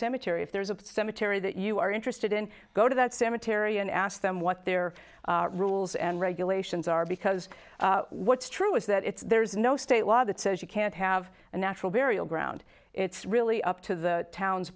cemetery if there's a cemetery that you are interested in go to that cemetery and ask them what their rules and regulations are because what's true is that it's there's no state law that says you can't have a natural burial ground it's really up to the town